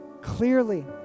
clearly